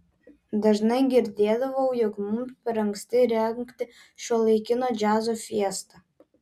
dažnai girdėdavau jog mums per anksti rengti šiuolaikinio džiazo fiestą